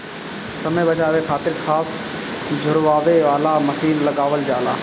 समय बचावे खातिर घास झुरवावे वाला मशीन लगावल जाला